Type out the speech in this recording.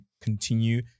continue